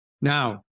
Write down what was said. Now